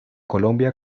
colombia